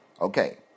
Okay